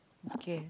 okay